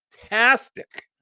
fantastic